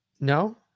No